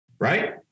Right